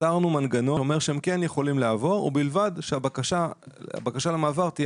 יצרנו מנגנון שאומר שהם כן יכולים לעבור ובלבד שהבקשה למעבר תהיה